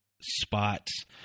spots